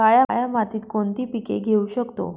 काळ्या मातीत कोणती पिके घेऊ शकतो?